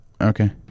Okay